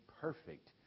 perfect